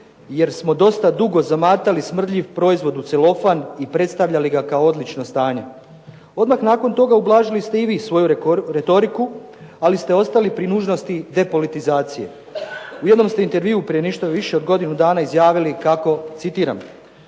jer smo dosta dugo zamatali smrdljiv proizvod u celofan i predstavljali ga kao odlično stanje." Odmah nakon toga ublažili ste i vi svoju retoriku, ali ste ostali pri nužnosti depolitizacije. U jednom ste intervjuu prije ništa više od godinu dana izjavili kako, citiram: